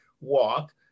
walk